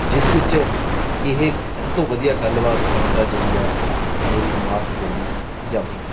ਜਿਸ ਵਿੱਚ ਇਹ ਸਭ ਤੋਂ ਵਧੀਆ ਗੱਲਬਾਤ ਕਰਨ ਦਾ ਜ਼ਰੀਆ ਮੇਰੀ ਮਾਤ ਬੋਲੀ ਪੰਜਾਬੀ ਹੈ